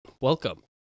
Welcome